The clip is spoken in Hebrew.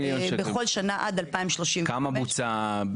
בכל שנה עד 2035. כמה שנים זה כבר ב-80 מיליון?